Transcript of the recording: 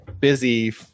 busy